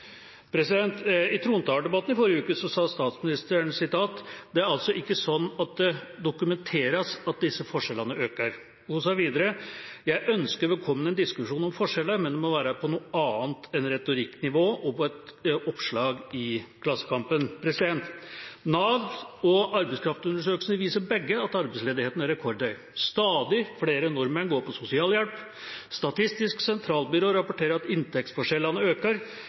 I trontaledebatten i forrige uke sa statsministeren: «Det er altså ikke sånn at det dokumenteres at disse forskjellene øker.» Hun sa videre: «Jeg ønsker velkommen en diskusjon om forskjeller, men det må være på noe annet enn retorikknivået og på et oppslag i Klassekampen.» Både Nav og arbeidskraftundersøkelsen viser at arbeidsledigheten er rekordhøy. Stadig flere nordmenn går på sosialhjelp. Statistisk sentralbyrå rapporterer at inntektsforskjellene og formuesforskjellene øker.